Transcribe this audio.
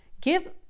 Give